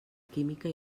química